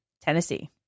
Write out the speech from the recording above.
Tennessee